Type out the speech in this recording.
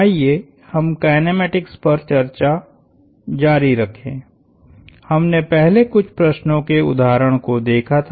आइए हम काइनेमेटिक्स पर चर्चा जारी रखें हमने पहले कुछ प्रश्नो के उदाहरण को देखा था